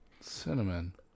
Cinnamon